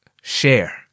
share